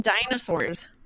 dinosaurs